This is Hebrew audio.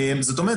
זאת אומרת,